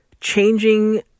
changing